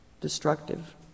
Destructive